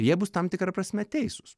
jie bus tam tikra prasme teisūs